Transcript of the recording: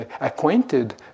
acquainted